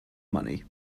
money